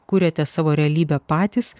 kuriate savo realybę patys